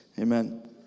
amen